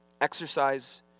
Exercise